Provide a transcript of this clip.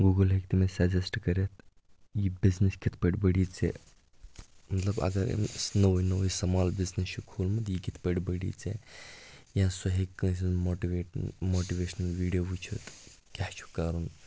Google ہیٚکہِ تٔمِس سَجیسٹہٕ کٔرِتھ یہِ بِزنِس کِتھٕ پٲٹھۍ بٔڈی ژےٚ مطلب اگر أمِس نوٚوُے نوٚوُے سُمال بِزنِس چھُ کھوٗلمُت یہِ کِتھٕ پٲٹھۍ بٔڈی ژےٚ یا سُہ ہیٚکہِ کٲنٛسہِ ہٕنٛز ماٹِویٹ ماٹِویشنَل ویٖڈیو وُچھِتھ کیٛاہ چھُ کَرُن